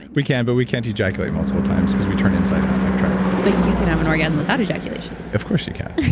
we can, but we can't ejaculate multiple times because we turn inside out. i've tried it. but you can have an orgasm without ejaculation. of course you can.